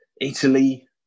Italy